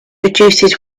reduces